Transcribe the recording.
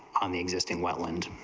on the existing wetlands